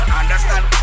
understand